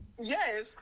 Yes